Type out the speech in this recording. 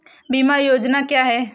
बीमा योजना क्या है?